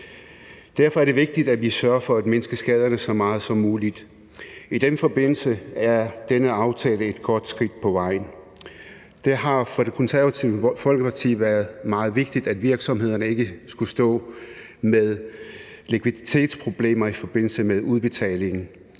Derfor er det vigtigt, at vi sørger for at mindske skatterne så meget som muligt. I den forbindelse er denne aftale et godt skridt på vejen. Det har for Det Konservative Folkeparti været meget vigtigt, at virksomhederne ikke skulle stå med likviditetsproblemer i forbindelse med udbetaling,